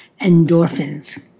endorphins